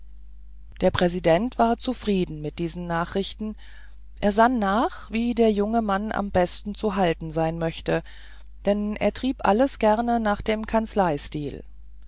der präsident war zufrieden mit diesen nachrichten er sann nach wie der junge mann am besten zu halten sein möchte denn er trieb alles gerne nach dem